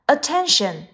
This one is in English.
Attention